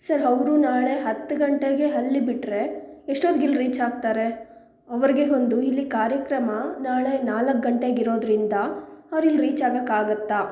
sir ಅವ್ರು ನಾಳೆ ಹತ್ತು ಗಂಟೆಗೆ ಅಲ್ಲಿ ಬಿಟ್ಟರೆ ಎಷ್ಟು ಹೊತ್ಗೆ ಇಲ್ಲಿ ರೀಚಾಗ್ತಾರೆ ಅವರಿಗೆ ಒಂದು ಇಲ್ಲಿ ಕಾರ್ಯಕ್ರಮ ನಾಳೆ ನಾಲ್ಕು ಗಂಟೆಗೆ ಇರೋದರಿಂದ ಅವ್ರು ಇಲ್ಲಿ ರೀಚಾಗಕ್ಕೆ ಆಗುತ್ತಾ